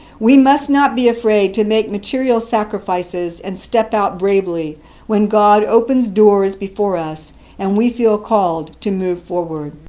we must not be afraid to make material sacrifices and step out bravely when god opens doors before us and we feel called to move forward.